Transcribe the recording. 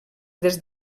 des